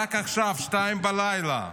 עכשיו, 2:00,